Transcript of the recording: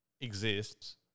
exists